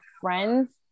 friends